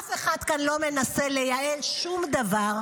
אף אחד כאן לא מנסה לייעל שום דבר.